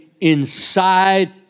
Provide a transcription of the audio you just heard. inside